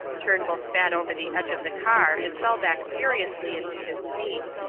turnbull spat over the edge of the car and fell back furiously into his seat.